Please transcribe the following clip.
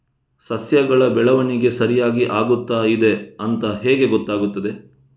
ಸಸ್ಯಗಳ ಬೆಳವಣಿಗೆ ಸರಿಯಾಗಿ ಆಗುತ್ತಾ ಇದೆ ಅಂತ ಹೇಗೆ ಗೊತ್ತಾಗುತ್ತದೆ?